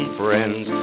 friends